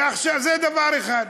זה דבר אחד.